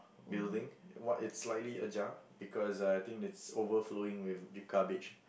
building it's slightly ajar because I think it's overflowing with garbage